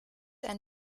ein